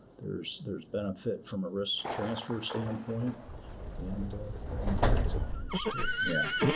there's there's benefit from a risk transfer standpoint and and a tax advantage, too. yeah.